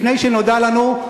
לפני שנודע לנו,